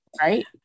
Right